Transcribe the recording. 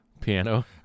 piano